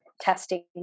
testing